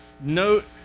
note